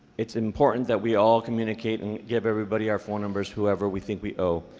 it's important that we all communicate and give everybody our phone numbers whoever we think we owe.